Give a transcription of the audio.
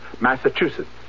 Massachusetts